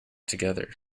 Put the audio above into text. together